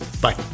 Bye